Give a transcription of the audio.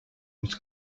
was